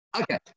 Okay